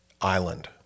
island